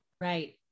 Right